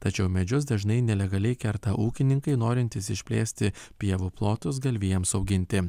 tačiau medžius dažnai nelegaliai kerta ūkininkai norintys išplėsti pievų plotus galvijams auginti